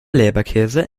leberkäse